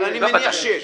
אני מניח שיש.